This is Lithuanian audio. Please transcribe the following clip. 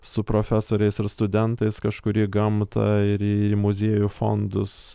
su profesoriais ir studentais kažkur į gamtą ir į ir į muziejų fondus